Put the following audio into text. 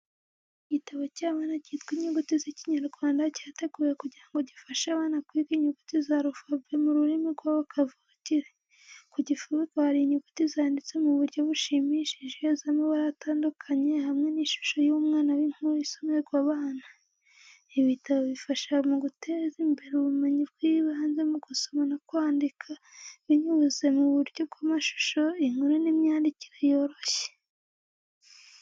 Igitabo cy’abana cyitwa Inyuguti z’Ikinyarwanda, cyateguwe kugira ngo gifashe abana kwiga inyuguti z’alfabeti mu rurimi rwabo kavukire. Ku gifubiko hari inyuguti zanditse mu buryo bushimishije, z’amabara atandukanye, hamwe n’ishusho y’umwana w’inkuru isomerwa abana. Ibi bitabo bifasha mu guteza imbere ubumenyi bw’ibanze mu gusoma no kwandika, binyuze mu buryo bw’amashusho, inkuru n’imyandikire yoroshye.